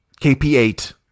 KP8